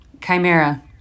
Chimera